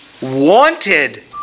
wanted